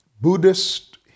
Buddhist